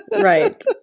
right